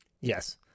Yes